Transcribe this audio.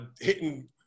hitting